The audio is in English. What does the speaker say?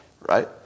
Right